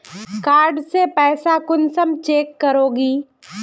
Card से पैसा कुंसम चेक करोगी?